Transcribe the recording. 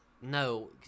no